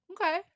Okay